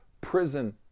prison